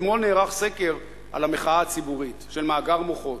אתמול נערך סקר של "מאגר מוחות"